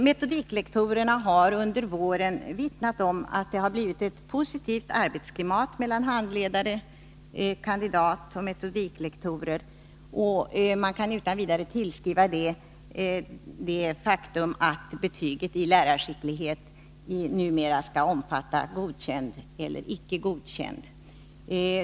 Metodiklektorerna har under våren vittnat om att det har blivit ett positivt arbetsklimat mellan handledare, kandidater och metodiklektorer. Detta kan man utan vidare tillskriva det faktum att betyget i 83 lärarskicklighet numera skall omfatta godkänd eller icke godkänd.